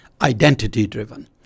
identity-driven